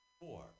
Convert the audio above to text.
Four